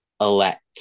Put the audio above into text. elect